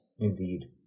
Indeed